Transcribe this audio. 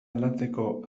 aldatzeko